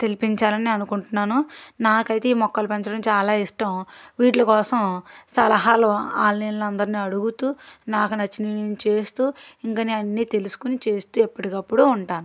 తెప్పించాలని అనుకుంటున్నాను నాకైతే ఈ మొక్కలు పెంచడం చాలా ఇష్టం వీటి కోసం సలహాలు వాళ్ళని వీళ్ళని అందరినీ అడుగుతూ నాకు నచ్చినవి నేను చేస్తూ ఇంకా నేనన్నీ తెలుసుకొని చేస్తూ ఎప్పటికప్పుడు ఉంటాను